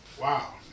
Wow